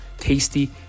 tasty